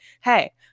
hey